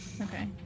Okay